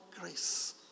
grace